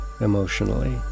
emotionally